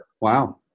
wow